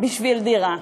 בשביל דירה.